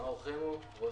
מאור חמו, רואה